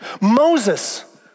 Moses